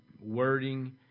wording